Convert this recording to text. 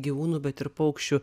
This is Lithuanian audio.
gyvūnų bet ir paukščių